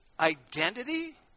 identity